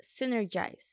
synergize